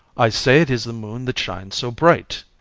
i say it is the moon that shines so bright.